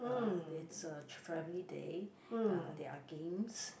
uh it's a family day uh there are games